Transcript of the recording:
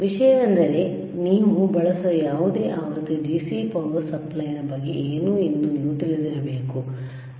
ವಿಷಯವೆಂದರೆ ನೀವು ಬಳಸುವ ಯಾವುದೇ ಆವೃತ್ತಿ DC ಪವರ್ ಸಪ್ಲೈ ನ ಬಗ್ಗೆ ಏನು ಎಂದು ನೀವು ತಿಳಿದಿರಬೇಕು